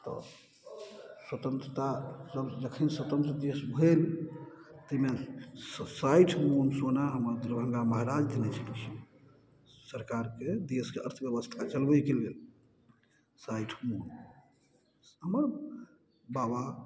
तऽ स्वतन्त्रता सब जखने स्वतन्त्र देश भेल तैमे साठि मोन सोना हमर दरभंगा महराज देने छलखिन सरकारके देशके अर्थव्यवस्था चलाबयके लेल साठि मोन हमर बाबा